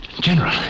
General